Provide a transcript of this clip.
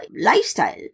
lifestyle